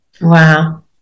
Wow